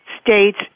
States